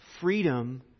freedom